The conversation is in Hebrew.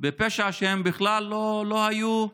בפשע שהם בכלל לא היו,